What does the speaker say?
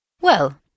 Well